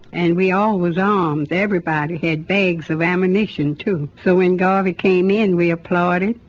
and we all was armed. everybody had bags of ammunition, too. so when garvey came in, we applauded,